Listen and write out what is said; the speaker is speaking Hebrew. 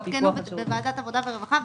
הן הותקנו בוועדת העבודה והרווחה.